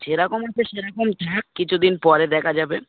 যেরকম আছে সেরকম থাক কিছু দিন পরে দেখা যাবে